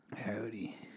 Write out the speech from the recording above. Howdy